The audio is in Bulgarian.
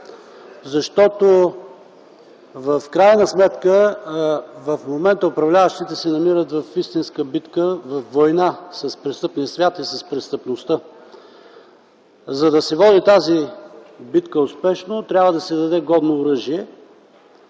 защото в крайна сметка в момента управляващите се намират в истинска битка, във война с престъпния свят и с престъпността. За да се води тази битка успешно, трябва да се даде годно оръжие,